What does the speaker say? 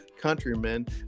countrymen